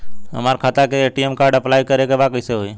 हमार खाता के ए.टी.एम कार्ड अप्लाई करे के बा कैसे होई?